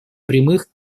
прямых